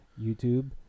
YouTube